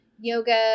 yoga